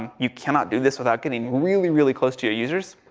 and you cannot do this without getting really, really close to your users.